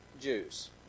Jews